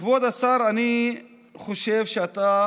כבוד השר, אני חושב שאתה